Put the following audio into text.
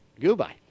Goodbye